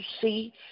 see